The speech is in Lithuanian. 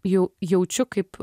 jau jaučiu kaip